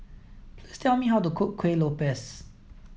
please tell me how to cook Kueh lopes